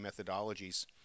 methodologies